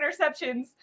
interceptions